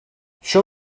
show